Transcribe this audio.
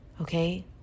okay